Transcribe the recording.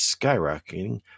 skyrocketing